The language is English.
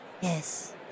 Yes